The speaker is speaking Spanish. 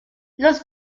los